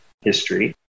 history